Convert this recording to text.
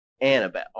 Annabelle